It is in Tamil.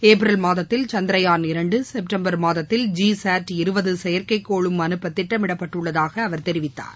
ஏப்ரல் மாதத்தில் சந்த்ரயான் இரண்டு செப்டம்பர் மாதத்தில் ஜிசாட் இருபது செயற்கைக் கோளும் அனுப்ப திட்டமிடப்பட்டுள்ளதாக அவர் தெரிவித்தார்